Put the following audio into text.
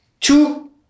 two